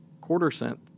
quarter-cent